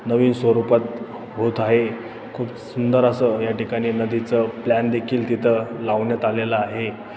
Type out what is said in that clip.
नवीन स्वरूपात होत आहे खूप सुंदर असं या ठिकाणी नदीचं प्लॅन देखील तिथं लावण्यात आलेला आहे